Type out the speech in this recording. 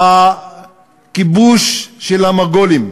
הכיבוש של המונגולים,